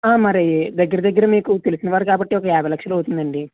ఆ మరి దగ్గర దగ్గర మీకు తెలిసినవారు కాబట్టి ఒక యాభై లక్షలు అవుతుందండి